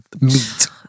Meat